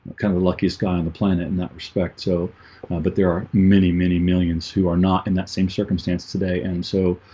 kind of luckiest guy on the planet in that respect so but there are many many millions who are not in that same circumstance today. and so